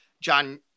John